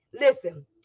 Listen